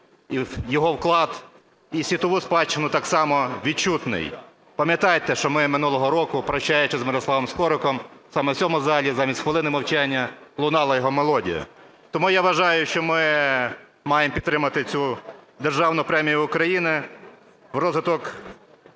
його вклад і в світову спадщину так само відчутний. Пам'ятаєте, що минулого року, прощаючись з Мирославом Скориком, саме в цьому залі замість хвилини мовчання лунала його мелодія. Тому я вважаю, що ми маємо підтримати цю державну премію України в розвиток